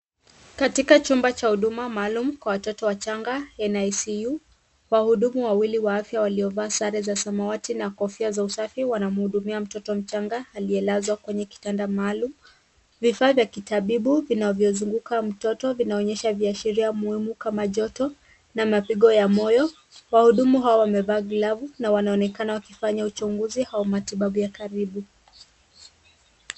Katika chumba cha huduma maalum kwa watoto wachanga, NICU, wahudumu wawili wa afya waliovaa sare za samawati na kofia za usafi wanamhudumia mtoto mchanga aliyelazwa kwenye kitanda maalum. Vifaa vya kitabibu vinavyozunguka mtoto vinaonyesha viashiria muhimu kama joto na mapigo ya moyo. Wahudumu hawa wamevaa glavu na wanaonekana wakifanya uchunguzi au matibabu ya karibu.